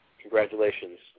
Congratulations